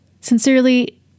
sincerely